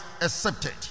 accepted